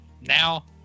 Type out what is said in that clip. now